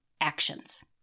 actions